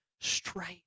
straight